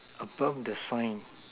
above the sign